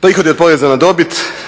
Prihodi od poreza na dobit